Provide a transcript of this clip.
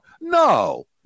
No